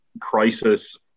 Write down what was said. crisis